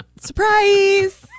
Surprise